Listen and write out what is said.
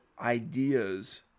ideas